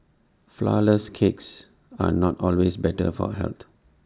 Flourless Cakes are not always better for health